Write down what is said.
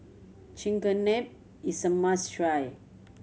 chigenabe is a must try